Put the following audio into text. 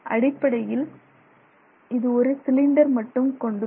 அடிப்படையில் இது ஒரு சிலிண்டர் மட்டும் கொண்டுள்ளது